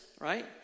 right